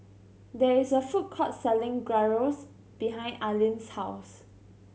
there is a food court selling Gyros behind Arlyn's house